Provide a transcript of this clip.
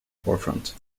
forefront